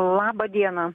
laba diena